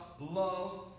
love